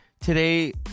today